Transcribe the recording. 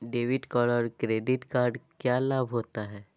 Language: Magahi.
डेबिट कार्ड और क्रेडिट कार्ड क्या लाभ होता है?